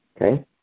Okay